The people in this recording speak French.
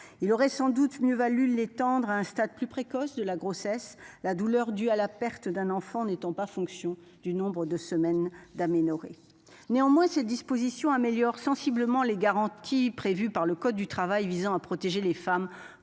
il aurait sans doute mieux valu l'étendre à un stade plus précoce de la grossesse, la douleur due à la perte d'un enfant n'étant pas fonction du nombre de semaine d'aménorrhée néanmoins ces disposition améliore sensiblement les garanties prévues par le code du travail visant à protéger les femmes